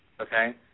Okay